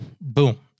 boom